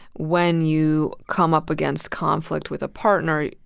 when you come up against conflict with a partner,